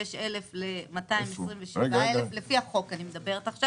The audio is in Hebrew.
46,000 ל-227,000 לפי החוק אני מדברת עכשיו